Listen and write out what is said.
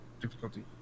difficulty